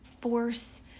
force